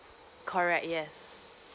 correct yes